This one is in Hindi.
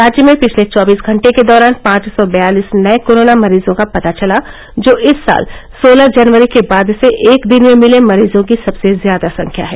राज्य में पिछले चौबीस घंटे के दौरान पांच सौ बयालीस नये कोरोना मरीजों का पता चला जो इस साल सोलह जनवरी के बाद से एक दिन में मिले मरीजों की सबसे ज्यादा संख्या है